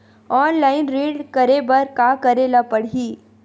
Online ऋण करे बर का करे ल पड़हि?